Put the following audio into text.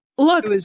Look